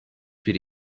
bir